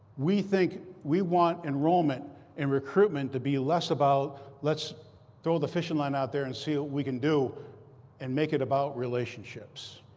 we think we want enrollment and recruitment to be less about let's throw the fishing line out there and see what we can do and make it about relationships.